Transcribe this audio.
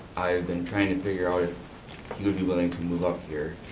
i been trying to figure out, if he would be willing to move up here.